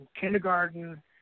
kindergarten